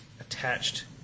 Attached